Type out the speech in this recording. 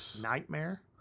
Nightmare